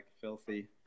filthy